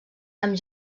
amb